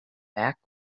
back